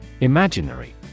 Imaginary